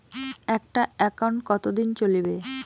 একটা একাউন্ট কতদিন চলিবে?